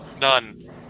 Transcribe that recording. None